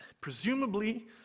Presumably